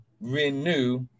renew